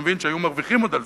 שעוד היו מרוויחים על זה,